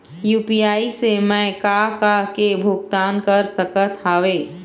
UPI से मैं का का के भुगतान कर सकत हावे?